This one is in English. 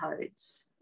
codes